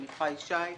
קודמך ישי,